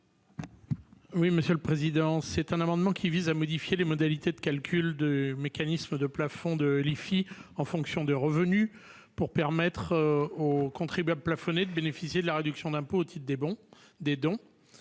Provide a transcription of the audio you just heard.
l'amendement n° I-705. Cet amendement vise à modifier les modalités de calcul du mécanisme de plafonnement de l'IFI en fonction des revenus pour permettre aux contribuables plafonnés de bénéficier de la réduction d'impôt au titre des dons.